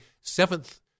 seventh